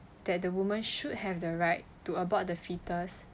that the woman should have the right to abort the foetus